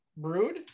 brood